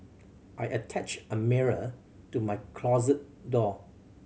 I attached a mirror to my closet door